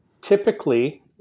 typically